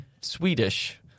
Swedish